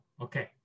okay